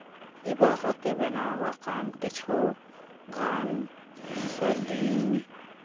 ᱤᱵᱟᱦᱚᱛᱮ ᱵᱮᱱᱟᱣᱟᱠᱟᱱ ᱠᱤᱪᱷᱩ ᱜᱟᱱ ᱥᱟᱺᱜᱤᱧ